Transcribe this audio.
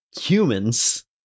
Humans